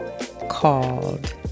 called